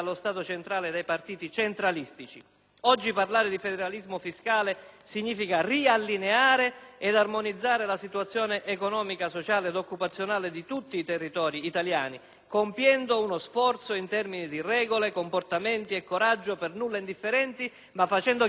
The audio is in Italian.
Oggi, parlare di federalismo fiscale significa riallineare ed armonizzare la situazione economica, sociale ed occupazionale di tutti i territori italiani, compiendo uno sforzo, in termini di regole, comportamenti e coraggio, per nulla indifferente, ma facendo chiarezza su quella che è stata la storia di questo Paese.